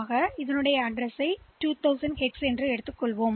எனவே இந்த முகவரிகள் 2000 ஹெக்ஸ் என்று சொல்லலாம்